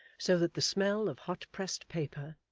so that the smell of hot-pressed paper,